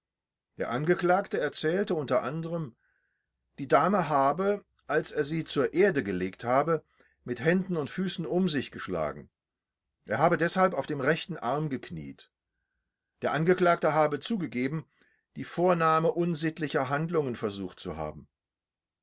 der angeklagte erzählte u a die dame habe als er sie zur erde gelegt habe mit händen und füßen um sich geschlagen er habe deshalb auf dem rechten arm gekniet der angeklagte habe zugegeben die vornahme unsittlicher handlungen versucht zu haben